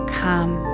come